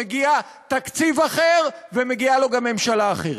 מגיע תקציב אחר ומגיעה לו גם ממשלה אחרת.